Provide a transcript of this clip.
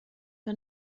que